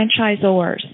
franchisors